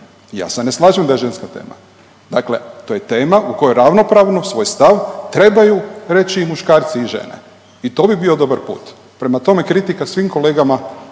Ja se ne slažem da je ženska tema. Dakle, to je tema u kojoj ravnopravno svoj stav trebaju reći i muškarci i žene i to bi bio dobar put. Prema tome, kritika svim kolegama.